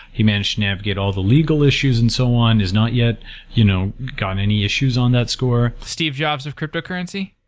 he managed to navigate all the legal issues and so on. he's not yet you know gotten any issues on that score. steve jobs of cryptocurrency?